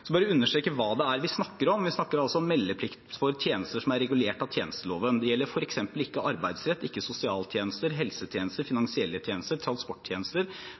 bare understreke hva det er vi snakker om. Vi snakker om meldeplikt for tjenester som er regulert av tjenesteloven. Det gjelder f.eks. ikke arbeidsrett, sosialtjenester, helsetjenester, finansielle tjenester eller transporttjenester